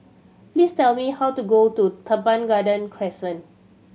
please tell me how to go to Teban Garden Crescent